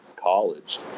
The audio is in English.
college